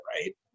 right